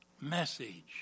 message